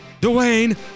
Dwayne